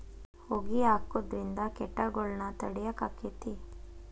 ಹೊಗಿ ಹಾಕುದ್ರಿಂದ ಕೇಟಗೊಳ್ನ ತಡಿಯಾಕ ಆಕ್ಕೆತಿ?